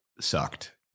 sucked